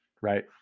right